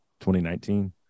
2019